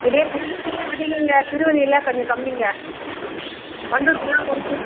இதே பண்ருட்டிலேயும் அதிகங்க திருவடியில் கொஞ்சம் கம்மிங்க பண்ருட்டியெலாம் கொடுத்து